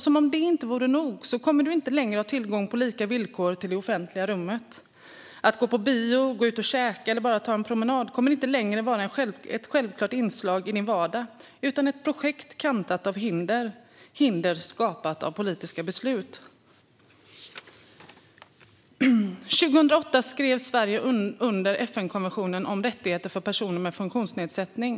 Som om detta inte vore nog kommer du inte längre att ha tillgång på lika villkor till det offentliga rummet. Att gå på bio, gå ut och käka eller bara ta en promenad kommer inte längre att vara ett självklart inslag i din vardag utan ett projekt kantat av hinder - hinder skapade av politiska beslut. År 2008 skrev Sverige under FN-konventionen om rättigheter för personer med funktionsnedsättning.